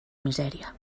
misèria